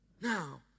Now